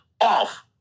off